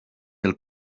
del